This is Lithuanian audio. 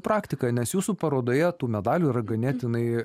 praktika nes jūsų parodoje tų medalių yra ganėtinai